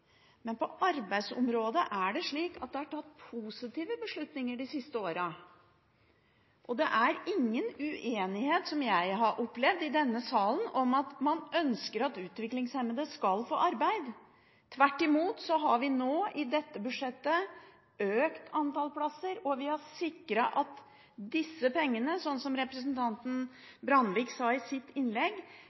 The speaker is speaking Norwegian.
Men på arbeidsområdet er det slik at det er tatt positive beslutninger de siste årene. Det er ingen uenighet om, slik jeg har opplevd det i denne salen, at man ønsker at utviklingshemmede skal få arbeid. Tvert imot, vi har nå i dette budsjettet økt antall plasser og sikret at disse pengene, slik som representanten Brandvik sa i sitt innlegg,